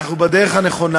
אנחנו בדרך הנכונה.